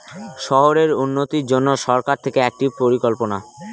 শহরের উন্নতির জন্য সরকার থেকে একটি পরিকল্পনা